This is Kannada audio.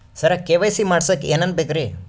ಸರ ಕೆ.ವೈ.ಸಿ ಮಾಡಸಕ್ಕ ಎನೆನ ಬೇಕ್ರಿ?